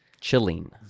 chilling